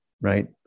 right